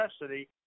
necessity